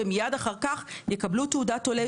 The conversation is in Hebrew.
ומייד אחר כך יקבלו תעודת זהות,